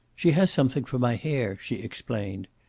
she has something for my hair, she explained.